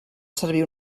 servir